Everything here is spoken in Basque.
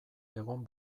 egon